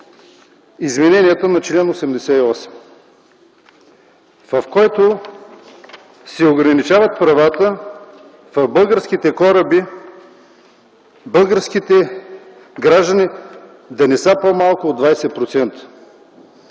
измененията на чл. 88, в който се ограничават правата: в българските кораби българските граждани да не са по-малко от 20%